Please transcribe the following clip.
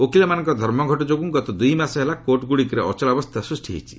ଓକିଲମାନଙ୍କ ଧର୍ମଘଟ ଯୋଗୁଁ ଗତ ଦୁଇ ମାସ ହେଲା କୋର୍ଟଗୁଡ଼ିକରେ ଅଚଳାବସ୍ଥା ସୃଷ୍ଟି ହୋଇଛି